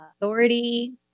authority